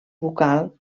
bucal